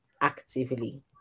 actively